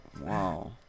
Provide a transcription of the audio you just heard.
Wow